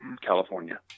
California